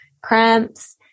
cramps